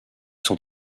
sont